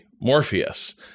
Morpheus